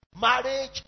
marriage